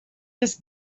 this